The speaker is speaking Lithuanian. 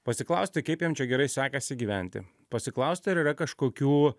pasiklausti kaip jiem čia gerai sekasi gyventi pasiklausti ar yra kažkokių